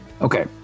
Okay